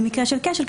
במקרה של כשל,